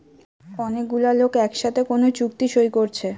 অনেক গুলা লোক একসাথে কোন চুক্তি সই কোরছে